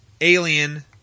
Alien